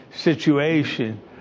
situation